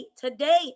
today